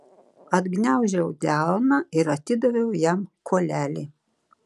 atgniaužiau delną ir atidaviau jam kuolelį